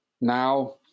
now